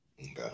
Okay